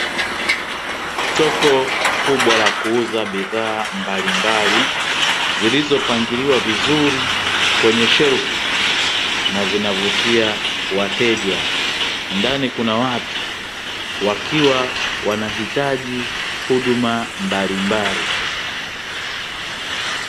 Soko kubwa la kuuza bidhaa mbalimbali zilizopangiliwa vizuri kwenye shelfu na zinavutia wateja. Ndani kuna watu wakiwa wanahitaji huduma mbalimbali.